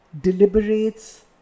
deliberates